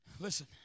Listen